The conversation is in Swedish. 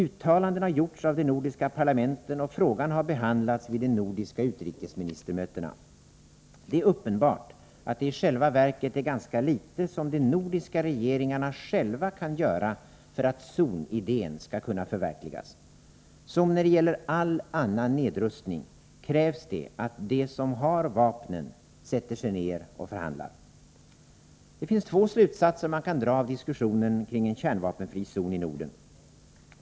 Uttalanden har gjorts av de nordiska parlamenten, och frågan har behandlats vid de nordiska utrikesministermötena. Det är uppenbart att det i själva verket är ganska litet som de nordiska regeringarna själva kan göra för att zonidén skall kunna förverkligas. Som när det gäller all annan nedrustning krävs det att de som har vapnen sätter sig ner och förhandlar. Det finns två slutsatser man kan dra av diskussionen kring en kärnvapenfri zon i Norden.